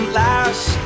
last